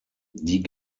die